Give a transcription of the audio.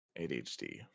ADHD